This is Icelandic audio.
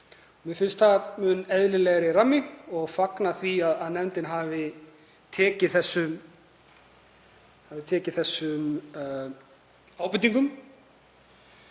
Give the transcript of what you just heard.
Mér finnst það mun eðlilegri rammi og fagna því að nefndin hafi tekið þessum ábendingum.